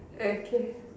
okay